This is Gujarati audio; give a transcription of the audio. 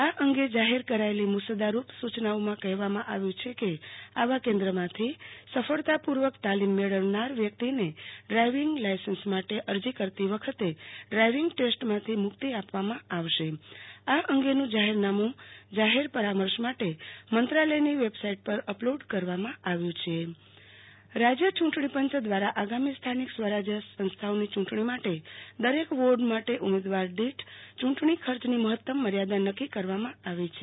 આ અંગે જાહેર કરાયેલી મુ સદ્દારૂપ સૂ ચનાઓમાં કહેવામાં આવ્યું છે કે આવા કેન્દ્રોમાંથી સફળતાપૂ ર્વક તાલીમ મેળવનાર વ્યક્તિને ડ્રાઇવિંગ લાઇસન્સ માટે અરજી કરતી વખતે ડ્રાઇવિંગ ટેસ્ટમાંથી મુક્તિ આપવામાં આવશે આ અંગેનું જાહેરનામું જાહેર પરામર્શ માટે મંત્રાલયની વેબસાઇટ પર અપલોડ કરવામાં આવ્યું છે આરતી ભદ્દ યું ટણી ખર્ચ રાજ્ય યુંટણીપંચ દ્રશ આગામી સ્થાનિક સ્વરાજ સંસ્થાઓની ચુંટણી માટે દરેક વોર્ડ માટે ઉમેદવારદીઠ યુંટણી ખર્ચની મહત્તમ મર્થાદા નક્કી કરવામી આવી છે